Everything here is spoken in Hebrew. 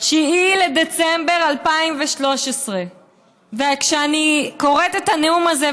9 בדצמבר 2013. כשאני קוראת את הנאום הזה,